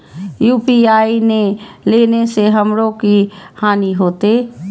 UPI ने लेने से हमरो की हानि होते?